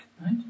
Right